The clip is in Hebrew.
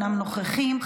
אינם נוכחים.